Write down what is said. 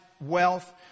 wealth